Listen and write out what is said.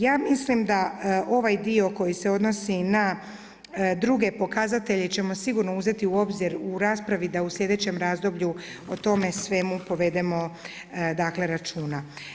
Ja mislim da ovaj dio koji se odnosi na druge pokazatelje ćemo sigurno uzeti u obzir u raspravi da u slijedećem razdoblju o tome svemu povedemo računa.